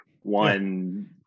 one